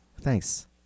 Thanks